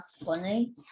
funny